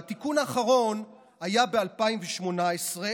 התיקון האחרון היה ב-2018,